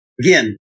Again